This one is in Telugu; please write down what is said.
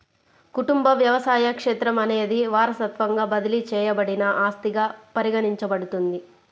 కుటుంబ వ్యవసాయ క్షేత్రం అనేది వారసత్వంగా బదిలీ చేయబడిన ఆస్తిగా పరిగణించబడుతుంది